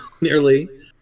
nearly